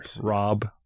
Rob